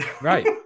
Right